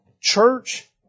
church